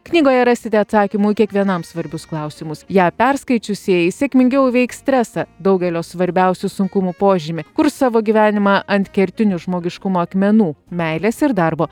knygoje rasite atsakymų į kiekvienam svarbius klausimus ją perskaičiusieji sėkmingiau įveiks stresą daugelio svarbiausių sunkumų požymį kurs savo gyvenimą ant kertinių žmogiškumo akmenų meilės ir darbo